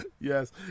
Yes